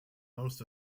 most